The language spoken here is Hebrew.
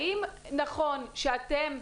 האם נכון שאתם,